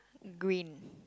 green